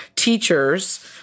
teachers